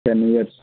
ten years